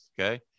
okay